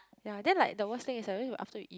yea then like the worst is like always after you eat